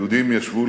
היהודים ישבו